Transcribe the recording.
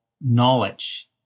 knowledge